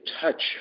touch